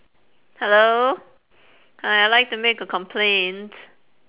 hello hi I'd like to make a complaint